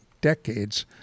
decades